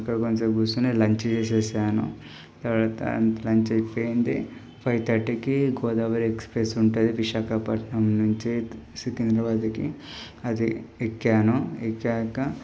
అక్కడ కొంతసేపు కూర్చొని లంచ్ చేసేసాను తరువాత లంచ్ అయిపోయింది ఫైవ్ థర్టీకి గోదావరి ఎక్స్ప్రెస్ ఉంటుంది విశాఖపట్నం నుంచి సికింద్రాబాద్కి అది ఎక్కాను ఎక్కాక